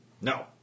No